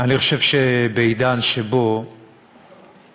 אני חושב שבעידן שבו